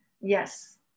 yes